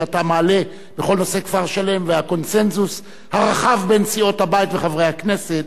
שאתה מעלה והקונסנזוס הרחב בין סיעות הבית וחברי הכנסת,